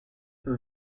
her